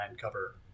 cover